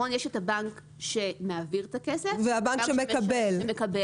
יש את הבנק שמעביר את הכסף ויש את הבנק שמקבל אותו.